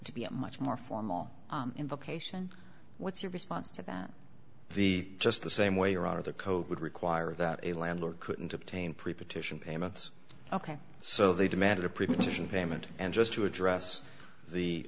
to be a much more formal invocation what's your response to that the just the same way or out of the code would require that a landlord couldn't obtain pre partition payments ok so they demanded a precondition payment and just to address the